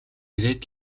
ирээд